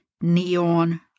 neon